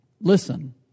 Listen